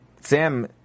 Sam